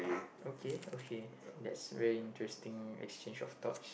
okay okay that's very interesting exchange of thoughts